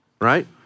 right